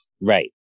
Right